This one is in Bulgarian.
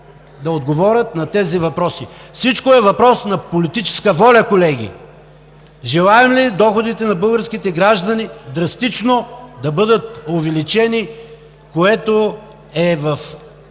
да отговарят на тези въпроси. Всичко е въпрос на политическа воля, колеги. Желаем ли доходите на българските граждани драстично да бъдат увеличени, което е в